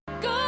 Good